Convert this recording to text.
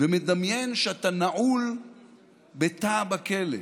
ומדמיין שאתה נעול בתא בכלא.